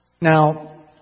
Now